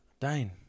Dane